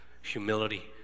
humility